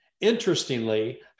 Interestingly